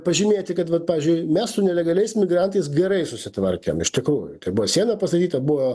pažymėti kad vat pavyzdžiui mes su nelegaliais migrantais gerai susitvarkėm iš tikrųjų kai buvo siena pastatyta buvo